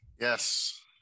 Yes